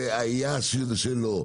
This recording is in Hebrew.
זה היה שלו.